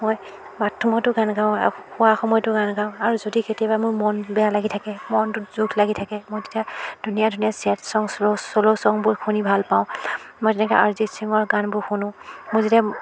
মই বাথৰূমতো গান গাওঁ আৰু শুৱা সময়তো গান গাওঁ আৰু যদি কেতিয়াবা মোৰ মন বেয়া লাগি থাকে মনটোত দুখ লাগি থাকে মই তেতিয়া ধুনীয়া ধুনীয়া ছেড চং শ্লো চ'লো চঙবোৰ শুনি ভাল পাওঁ মই তেনেকৈ আৰিজিৎ ছিংৰ গানবোৰ শুনো মোৰ যেতিয়া